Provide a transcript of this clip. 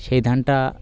সেই ধানটা